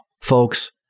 Folks